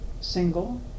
single